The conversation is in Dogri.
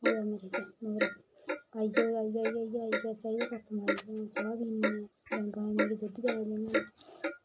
आई जा कोई तां चाही दा कप बनाओ चाह् पीनी ऐ डंगा मेहीं ने दुद्ध ज्यादा दित्ता